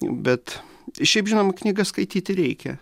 bet šiaip žinom knygas skaityti reikia